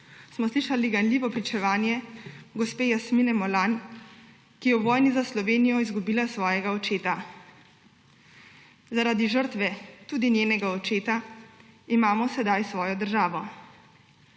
smo slišali ganljivo pričevanje gospe Jasmine Molan, ki je v vojni za Slovenijo izgubila svojega očeta. Zaradi žrtve, tudi njenega očeta, imamo sedaj svojo državo.